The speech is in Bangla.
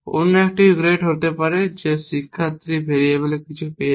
অন্য একটি গ্রেড হতে পারে যে শিক্ষার্থী ভেরিয়েবলে কিছু পেয়েছে